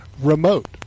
remote